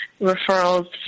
referrals